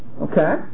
Okay